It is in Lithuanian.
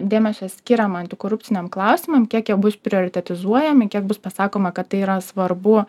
dėmesio skiriama antikorupciniam klausimam kiek jie bus prioritetizuojami kiek bus pasakoma kad tai yra svarbu